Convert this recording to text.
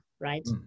Right